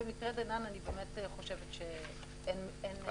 אבל במקרה דנן, אני באמת חושבת שאין הצדקה לזה.